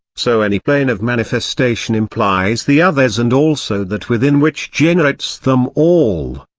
so any plane of manifestation implies the others and also that within which generates them all.